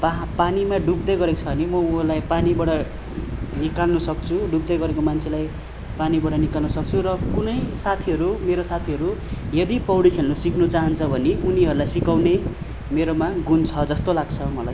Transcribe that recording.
पा पानीमा डुब्दै गरेको छ भने म उसलाई पानीबाट निकाल्नु सक्छु डुब्दै गरेको मान्छेलाई पानीबाट निकाल्नु सक्छु र कुनै साथीहरू मेरो साथीहरू यदि पौडी खेल्न सिक्नु चाहन्छ भने उनीहरूलाई सिकाउने मेरोमा गुण छ जस्तो लाग्छ मलाई